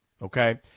Okay